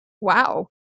wow